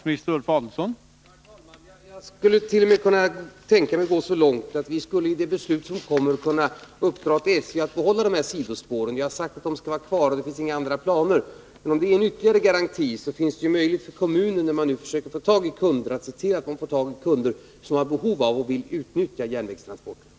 Herr talman! Jag skulle t.o.m. kunna tänka mig att gå så långt att vi i det beslut som kommer kunde uppdra åt SJ att behålla de här sidospåren. Jag har sagt att de skall vara kvar och att det inte finns några andra planer. Men om det är en ytterligare garanti, så finns det möjligheter för kommunen, som nu försöker få tag i kunder, att se till att få kunder som har behov av och vill utnyttja järnvägen för transporter.